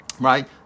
right